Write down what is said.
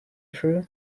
through